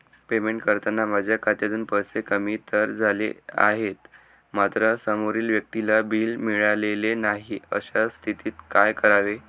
Payment करताना माझ्या खात्यातून पैसे कमी तर झाले आहेत मात्र समोरील व्यक्तीला बिल मिळालेले नाही, अशा स्थितीत काय करावे?